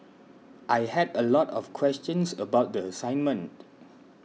I had a lot of questions about the assignment